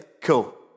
cool